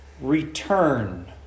return